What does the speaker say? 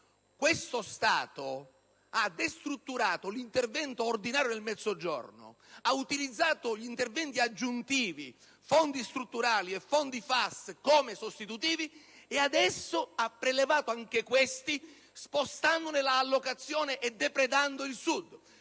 Questo Stato ha destrutturato l'intervento ordinario nel Mezzogiorno, ha utilizzato gli interventi aggiuntivi, fondi strutturali e fondi FAS, come sostitutivi e adesso ha prelevato anche questi ultimi spostandone l'allocazione e depredando il Sud.